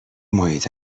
محیط